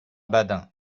badin